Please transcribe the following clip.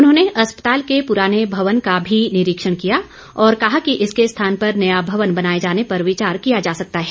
उन्होंने अस्पताल के पुराने भवन का भी निरीक्षण किया और कहा कि इसके स्थान पर नया भवन बनाए जाने पर विचार किया जा सकता है